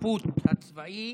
השיפוט הצבאי